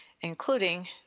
including